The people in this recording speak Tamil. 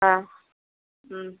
ஆ ம்